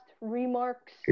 remarks